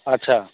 আচ্ছা